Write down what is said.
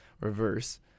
reverse